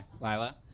Lila